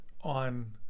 on